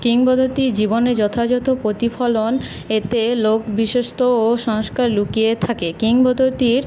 কিংবদন্তি জীবনে যথাযথ প্রতিফলন এতে লােক বিশ্বস্ত ও সংস্কার লুকিয়ে থাকে কিংবদন্তির